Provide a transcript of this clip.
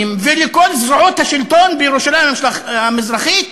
ולכל זרועות השלטון בירושלים המזרחית